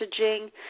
messaging